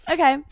Okay